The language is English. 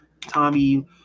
Tommy